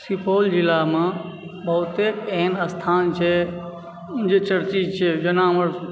सुपौल जिलामे बहुतेक एहन स्थान छै जे चर्चित छै जेना हमर